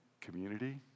community